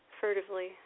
furtively